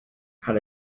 how